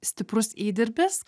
stiprus įdirbis